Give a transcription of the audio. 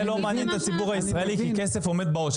זה לא מעניין את הציבור הישראלי כי כסף עומד בעו"ש.